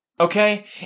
okay